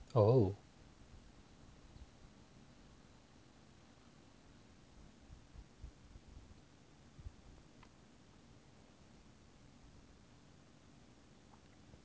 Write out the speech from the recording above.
oh